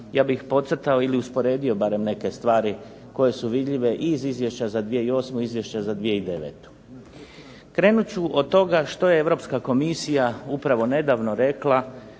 Ja bih podcrtao ili usporedio barem neke stvari koje su vidljive i iz Izvješća za 2008. i Izviješća za 2009. Krenut ću od toga što je Europska komisija upravo nedavno rekla